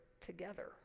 together